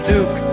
Duke